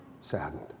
saddened